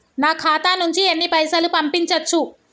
నా ఖాతా నుంచి ఎన్ని పైసలు పంపించచ్చు?